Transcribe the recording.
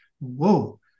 whoa